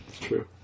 True